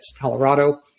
Colorado